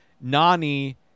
Nani